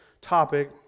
topic